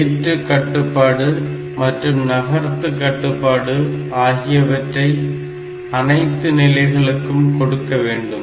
ஏற்று கட்டுப்பாடு மற்றும் நகர்த்து கட்டுப்பாடு ஆகியவற்றை அனைத்து நிலைகளுக்கும் கொடுக்க வேண்டும்